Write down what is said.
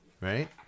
Right